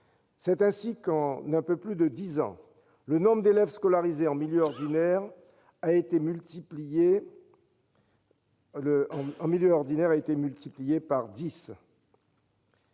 C'est ainsi que, en un peu plus de dix ans, le nombre d'élèves scolarisés en milieu ordinaire a été multiplié par